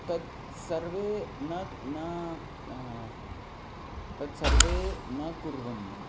तत् सर्वं न न तत्सर्वं न करणीयं